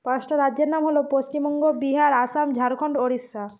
পাঁচটা রাজ্যের নাম হলো পশ্চিমবঙ্গ বিহার আসাম ঝাড়খণ্ড ওড়িশা